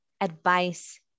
advice